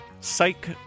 psych